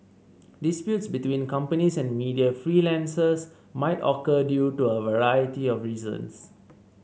disputes between companies and media freelancers might occur due to a variety of reasons